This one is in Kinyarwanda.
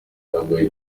yambaye